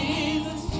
Jesus